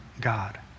God